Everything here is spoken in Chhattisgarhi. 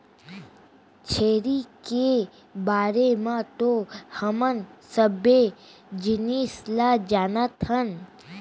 छेरी के बारे म तो हमन सबे जिनिस ल जानत हन